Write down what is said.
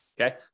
okay